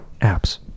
apps